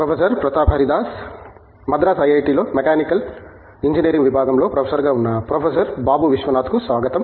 professor Pratap Haridas Madras ఐఐటిలో mechanical engineering విభాగంలో professor గా ఉన్న ప్రొఫెసర్ బాబు విశ్వనాథ్ కు స్వాగతం